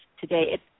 today